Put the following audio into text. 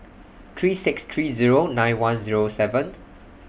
three six three Zero nine one Zero seven